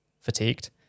fatigued